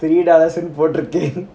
thirty dollars னுபோட்டுருக்கே:nu podurukke